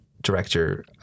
director